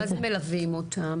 מה זה מלווים אותם?